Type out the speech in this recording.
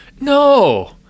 no